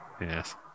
Yes